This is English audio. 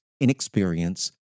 Inexperience